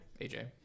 AJ